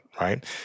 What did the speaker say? right